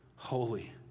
Holy